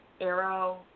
Arrow